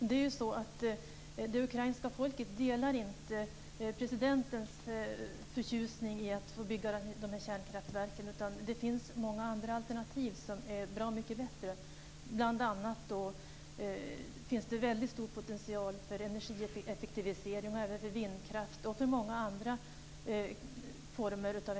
Fru talman! Det ukrainska folket delar inte presidentens förtjusning över att få de här kärnkraftverken byggda. Det finns många andra alternativ som är bra mycket bättre. Bl.a. finns det en väldigt stor potential för energieffektivisering, för vindkraft och för många andra energiformer.